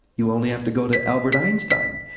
you only have to go to albert einstein.